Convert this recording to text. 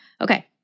Okay